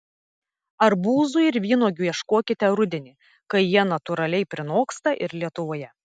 arbūzų ir vynuogių ieškokite rudenį kai jie natūraliai prinoksta ir lietuvoje